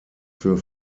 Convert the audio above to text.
für